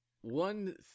One